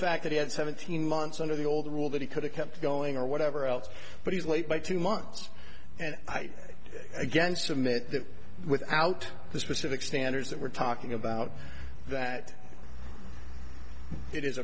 fact that he had seventeen months under the old rule that he could have kept going or whatever else but he's late by two months and i again submit that without the specific standards that we're talking about that it is